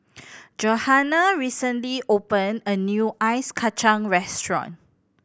Johanna recently open a new Ice Kachang restaurant